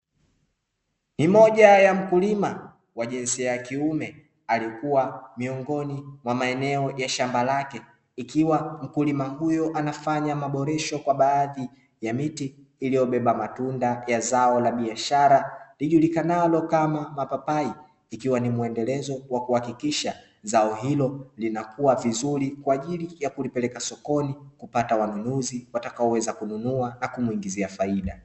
Ni moja ya mkulima wa jinsia ya kiume, alikuwa miongoni mwa maeneo ya shamba lake; ikiwa mkulima huyo anafanya maboresho kwa baadhi ya miti iliyobeba matunda ya zao la biashara lijulikanalo kama mapapai ikiwa ni mwendelezo wa kuhakikisha zao hilo linakuwa vizuri kwa ajili ya kulipeleka sokoni, kupata wanunuzi watakaoweza kununua na kumuingizia faida.